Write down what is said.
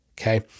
Okay